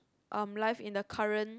um life in her current